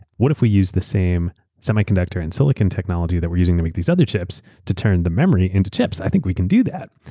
what if we use the same semiconductor in silicon technology that we're using to make these other chips to turn the memory into chips? i think we can do that.